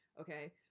okay